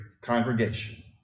congregation